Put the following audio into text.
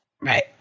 Right